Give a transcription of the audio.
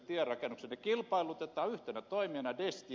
ne kilpailutetaan yhtenä toimijana destia